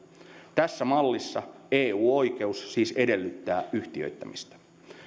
tässä mallissa eu oikeus siis edellyttää yhtiöittämistä